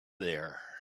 there